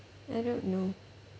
I don't know